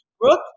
Brooke